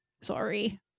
Sorry